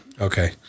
Okay